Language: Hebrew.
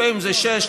לפעמים זה שישה,